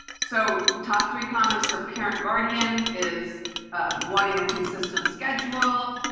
so top three comments for parent guardian is wanting a consistent schedule,